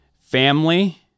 family